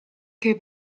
che